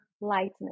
lightness